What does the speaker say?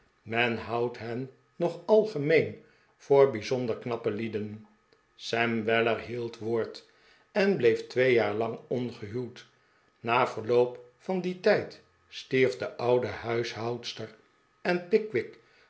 men houdt hen nog algemeen voor bijzonder knappe lieden sam weller hield woord en bleef twee jaar lang ongehuwd na verloop van dien tijd stierf de oude huishoudster en